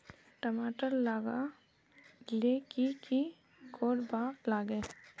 टमाटर लगा ले की की कोर वा लागे?